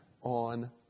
on